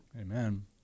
Amen